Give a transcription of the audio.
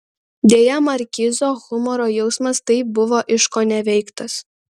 deja markizo humoro jausmas taip buvo iškoneveiktas